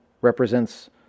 represents